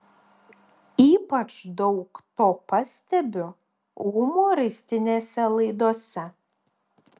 ypač daug to pastebiu humoristinėse laidose